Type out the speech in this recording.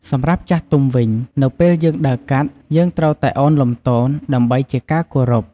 សម្រាប់ចាស់ទុំវិញ នៅពេលយើងដើរកាត់ យើងត្រូវតែឱនលំទោនដើម្បីជាការគោរព។